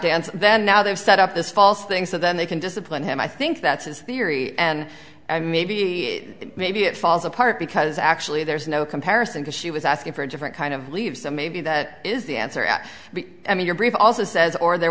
dance then now they're set up this false thing so then they can discipline him i think that's his theory and i maybe maybe it falls apart because actually there's no comparison to she was asking for a different kind of leave so maybe that is the answer at b i mean your brief also says or there